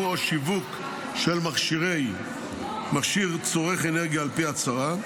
או שיווק של מכשיר צורך אנרגיה על פי הצהרה,